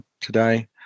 today